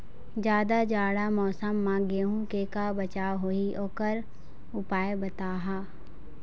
जादा जाड़ा मौसम म गेहूं के का बचाव होही ओकर उपाय बताहा?